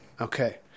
okay